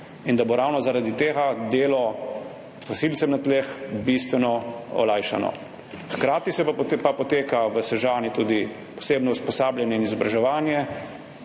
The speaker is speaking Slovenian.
in da bo ravno zaradi tega delo gasilcem na tleh bistveno olajšano. Hkrati pa poteka v Sežani tudi posebno usposabljanje in izobraževanje,